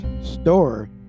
store